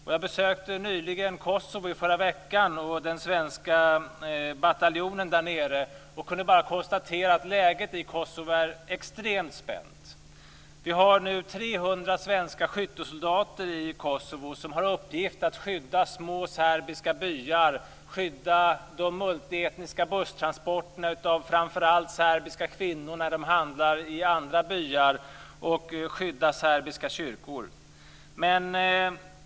Förra veckan var jag i Kosovo och besökte då den svenska bataljonen där nere och kunde bara konstatera att läget i Kosovo är extremt spänt. Vi har nu 300 svenska skyttesoldater i Kosovo. De har i uppgift att skydda små serbiska byar, att skydda de multietniska busstransporterna av framför allt serbiska kvinnor när de ska handla i andra byar och att skydda serbiska kyrkor.